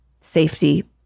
safety